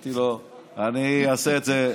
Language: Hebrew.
אמרתי לו: אני אעשה את זה,